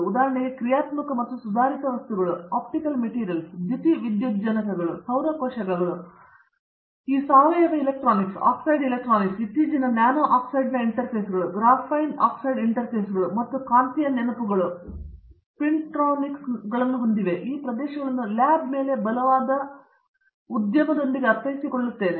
ಉದಾಹರಣೆಗೆ ಈ ಕ್ರಿಯಾತ್ಮಕ ಮತ್ತು ಸುಧಾರಿತ ವಸ್ತುಗಳು ಆಪ್ಟಿಕಲ್ ಮೆಟೀರಿಯಲ್ಸ್ ದ್ಯುತಿವಿದ್ಯುಜ್ಜನಕಗಳು ಸೌರ ಕೋಶಗಳು ಮತ್ತು ನೀವು ಈ ಸಾವಯವ ಎಲೆಕ್ಟ್ರಾನಿಕ್ಸ್ ಆಕ್ಸೈಡ್ ಎಲೆಕ್ಟ್ರಾನಿಕ್ಸ್ ಈಗ ಇತ್ತೀಚಿನ ನ್ಯಾನೋ ಆಕ್ಸೈಡ್ ಇಂಟರ್ಫೇಸ್ಗಳು ಗ್ರ್ಯಾಫೀನ್ ಆಕ್ಸೈಡ್ ಇಂಟರ್ಫೇಸ್ಗಳು ಮತ್ತು ನೀವು ಕಾಂತೀಯ ನೆನಪುಗಳು ಮತ್ತು ಸ್ಪಿಂಟ್ರೊನಿಕ್ಸ್ಗಳನ್ನು ಹೊಂದಿವೆ ಮತ್ತು ನಾನು ಈ ಪ್ರದೇಶಗಳನ್ನು ಲ್ಯಾಬ್ ಮೇಲೆ ಬಲವಾದ ಉದ್ಯಮದೊಂದಿಗೆ ಅರ್ಥೈಸಿಕೊಳ್ಳುತ್ತಿದ್ದೇನೆ